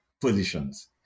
positions